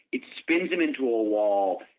it spins him into a wall,